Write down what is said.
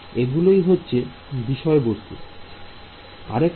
এগুলোই হচ্ছে বিষয়বস্তু